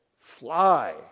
Fly